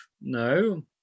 No